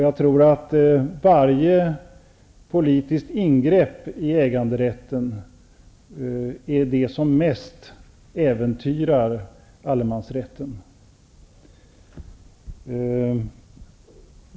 Jag tror att varje politiskt ingrepp är det som mest äventyrar allemansrätten.